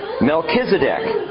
Melchizedek